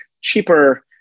cheaper